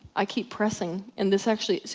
i keep pressing, and this actually, see,